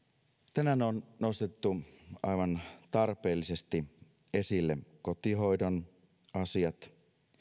tänään on nostettu aivan tarpeellisesti esille kotihoidon asiat